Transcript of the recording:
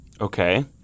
Okay